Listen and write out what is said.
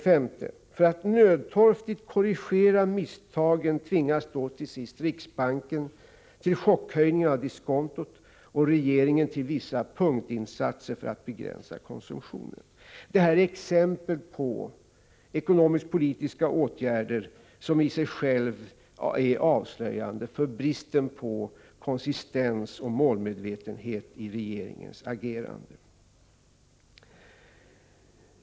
5. För att nödtorftigt korrigera misstagen tvingas till sist riksbanken till chockhöjning av diskontot och regeringen till vissa punktinsatser för att begränsa konsumtionen. Detta är exempel på ekonomisk-politiska åtgärder som i sig själva är avslöjande för bristen på konsistens och målmedvetenhet i regeringens agerande.